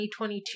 2022